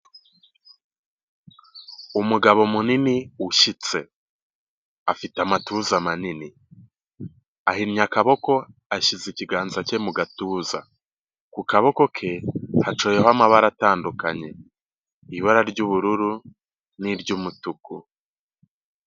Umugabo munini ushyitse afite amatuza manini ahinnye akaboko ashyize ikiganza cye mu gatuza ku kaboko ke hacoyeho amabara atandukanye ibara ry'ubururu n'iry'umutuku.